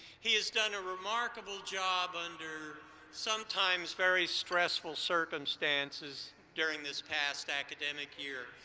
he has done a remarkable job under sometimes very stressful circumstances during this past academic year,